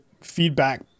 feedback